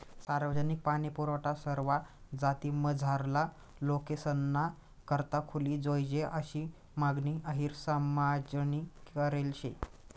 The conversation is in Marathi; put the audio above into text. सार्वजनिक पाणीपुरवठा सरवा जातीमझारला लोकेसना करता खुली जोयजे आशी मागणी अहिर समाजनी करेल शे